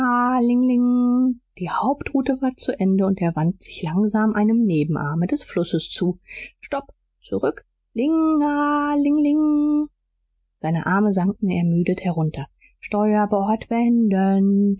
die hauptroute war zu ende und er wandte sich langsam einem nebenarme des flusses zu stopp zurück ling a ling ling seine arme sanken ermüdet herunter steuerbord